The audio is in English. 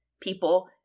people